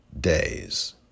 days